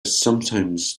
sometimes